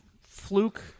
fluke